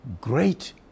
great